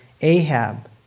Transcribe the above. Ahab